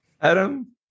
Adam